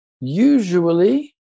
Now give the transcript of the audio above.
usually